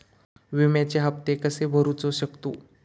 विम्याचे हप्ते कसे भरूचो शकतो?